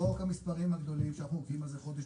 בחוק המספרים הגדולים שאנחנו עובדים על זה חודש